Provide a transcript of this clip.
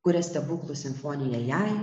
kuria stebuklų simfoniją jai